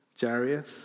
Jarius